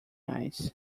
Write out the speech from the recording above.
eyes